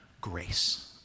grace